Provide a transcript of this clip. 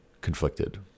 conflicted